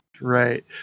Right